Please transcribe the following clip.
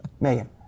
Megan